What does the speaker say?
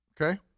okay